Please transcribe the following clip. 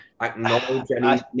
acknowledge